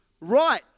Right